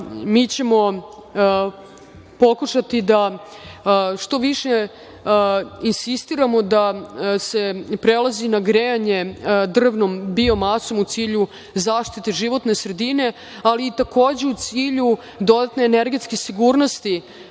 Mi ćemo pokušati da što više insistiramo da se prelazi na grejanje drvnom biomasom, u cilju zaštite životne sredine, ali i takođe u cilju dodatne energetske sigurnosti